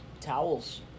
towels